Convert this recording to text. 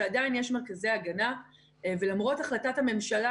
עדיין יש מרכזי הגנה ולמרות החלטת הממשלה